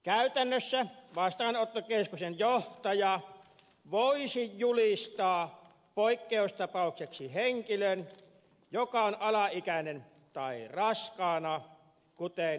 käytännössä vastaanottokeskuksen johtaja voisi julistaa poikkeustapaukseksi henkilön joka on alaikäinen tai raskaana kuten esityksessä mainitaan